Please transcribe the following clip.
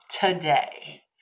today